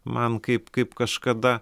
man kaip kaip kažkada